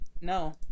No